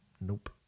nope